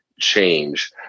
change